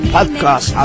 Podcast